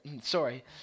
sorry